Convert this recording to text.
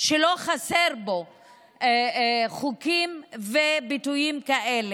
שלא חסרים בו חוקים וביטויים כאלה.